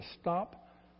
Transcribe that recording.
stop